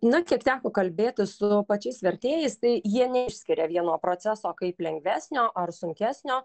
na kiek teko kalbėtis su pačiais vertėjais tai jie neišskiria vieno proceso kaip lengvesnio ar sunkesnio